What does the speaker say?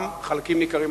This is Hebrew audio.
חלקים ניכרים,